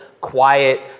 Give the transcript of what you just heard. quiet